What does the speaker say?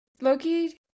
Loki